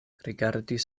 rigardis